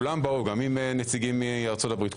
גם עם נציגים מארצות הברית.